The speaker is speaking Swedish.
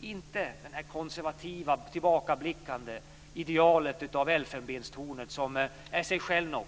Vi ska inte ha det konservativa tillbakablickande idealet av elfenbenstornet som är sig själv nog,